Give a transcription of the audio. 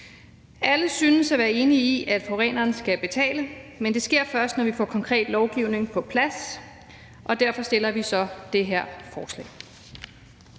Alle synes at være enige i, at forureneren skal betale, men det sker først, når vi får konkret lovgivning på plads, og derfor fremsætter vi så det her forslag.